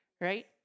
Right